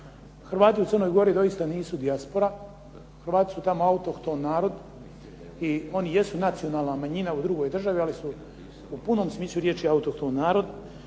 Hrvati u Crnoj Gori doista nisu dijaspora, Hrvati su tamo autohton narod i oni jesu nacionalna manjina u drugoj državi ali su u punom smislu riječi autohton narod